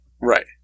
Right